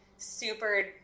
super